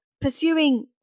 pursuing